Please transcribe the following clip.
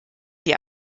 die